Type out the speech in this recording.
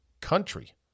country